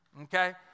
Okay